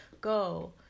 go